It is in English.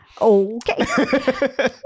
Okay